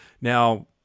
now